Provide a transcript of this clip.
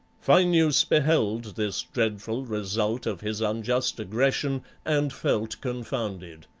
phineus beheld this dreadful result of his unjust aggression, and felt confounded.